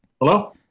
hello